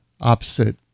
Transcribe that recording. opposite